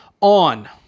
on